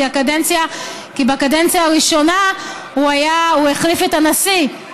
כי בקדנציה הראשונה הוא החליף את הנשיא.